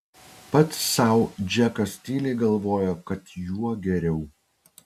pats sau džekas tyliai galvojo kad juo geriau